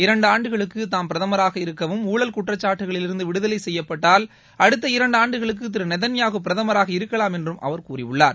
இரண்டு ஆண்டுகளுக்கு தாம் பிரதமராக இருக்கவும் ஊழல் குற்றச்சாட்டுகளிலிருந்து விடுதலை செய்யப்பட்டால் அடுத்த இரண்டு ஆண்டுகளுக்கு திரு நேதன்யாகு பிரதமராக இருக்கலாம் என்றும் அவர் கூறியுள்ளார்